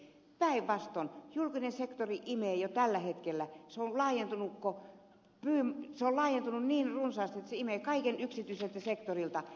päinvastoin julkinen sektori on jo tällä hetkellä laajentunut niin runsaasti että se imee kaiken työvoiman yksityiseltä sektorilta